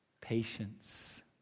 patience